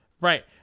Right